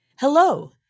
Hello